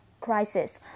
crisis